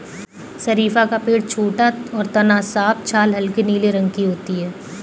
शरीफ़ा का पेड़ छोटा और तना साफ छाल हल्के नीले रंग की होती है